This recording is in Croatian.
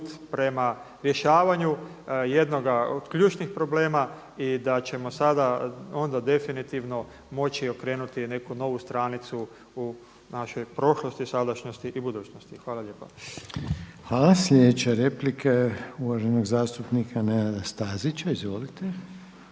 prema rješavanju jednoga od ključnih problema i da ćemo sada onda definitivno moći okrenuti neku novu stranicu u našoj prošlosti, sadašnjosti i budućnosti. Hvala lijepa. **Reiner, Željko (HDZ)** Hvala. Sljedeća replika je uvaženog zastupnika Nenada Stazića, izvolite.